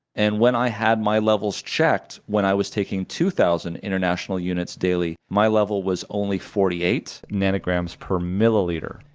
and when i had my levels checked, when i was taking two thousand international units daily, my level was only forty eight nanograms per milliliter,